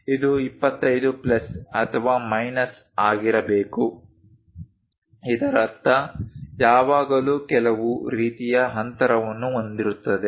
ಇದು 25 ಪ್ಲಸ್ ಅಥವಾ ಮೈನಸ್ ಆಗಿರಬೇಕು ಇದರರ್ಥ ಯಾವಾಗಲೂ ಕೆಲವು ರೀತಿಯ ಅಂತರವನ್ನು ಹೊಂದಿರುತ್ತದೆ